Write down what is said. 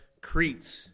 Crete